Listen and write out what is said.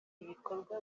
ibikorwa